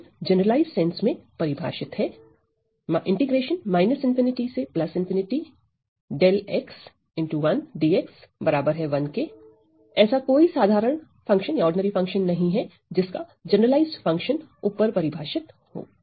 • generalized sense generalized "sense" में परिभाषित है 𝜹1dx1 • ऐसा कोई साधारण फंक्शन नहीं है जिसका जनरलाइज्ड फंक्शन ऊपर परिभाषित हो